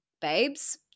babes